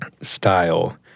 style